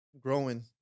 growing